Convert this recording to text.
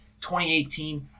2018